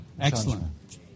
Excellent